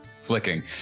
flicking